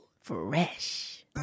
fresh